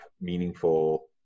meaningful